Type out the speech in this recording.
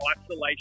isolation